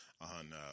on